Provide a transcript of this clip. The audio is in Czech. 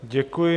Děkuji.